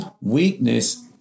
Weakness